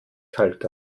kalt